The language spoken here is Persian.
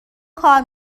کار